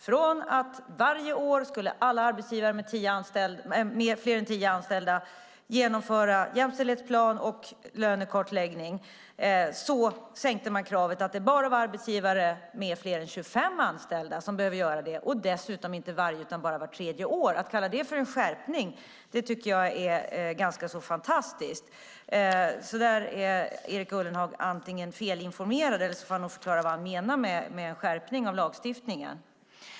Från att alla arbetsgivare med fler än tio anställda varje år skulle genomföra en jämställdhetsplan och lönekartläggning sänktes kravet till att bara arbetsgivare med fler än 25 anställda behövde göra det, och dessutom inte varje utan endast vart tredje år. Att kalla det för en skärpning tycker jag är ganska fantastiskt. Där är Erik Ullenhag antingen felinformerad eller så får han nog förklara vad han menar med en skärpning av lagstiftningen.